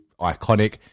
iconic